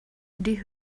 die